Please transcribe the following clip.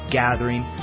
gathering